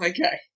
Okay